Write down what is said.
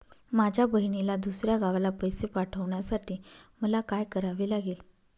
माझ्या बहिणीला दुसऱ्या गावाला पैसे पाठवण्यासाठी मला काय करावे लागेल?